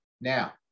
Now